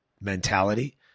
mentality